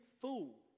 fool